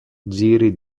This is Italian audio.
giri